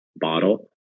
bottle